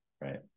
right